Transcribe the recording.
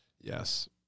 Yes